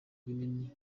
binini